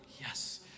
yes